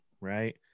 right